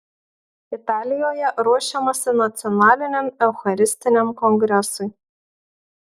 italijoje ruošiamasi nacionaliniam eucharistiniam kongresui